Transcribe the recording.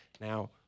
Now